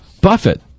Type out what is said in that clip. Buffett